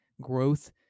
growth